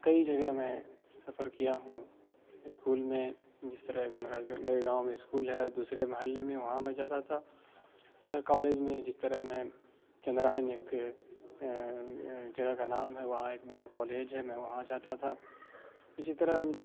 کئی جگہ میں سفر کیا ہوں اسکول میں جس طرح میرا میرے گاؤں میں اسکول ہے اور دوسرے محلے میں وہاں میں جاتا تھا کالج میں جس طرح میں چندرائن ایک جگہ کا نام ہے وہاں ایک بڑا کالج ہے میں وہاں جاتا تھا اسی طرح